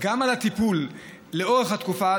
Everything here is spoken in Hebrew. גם על הטיפול לאורך התקופה,